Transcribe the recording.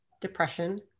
depression